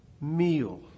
meal